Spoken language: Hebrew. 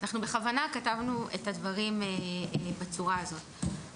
אנחנו בכוונה כתבנו את הדברים בצורה הזאת.